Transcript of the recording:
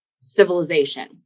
civilization